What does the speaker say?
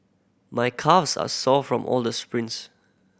my calves are sore from all the sprints